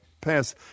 pass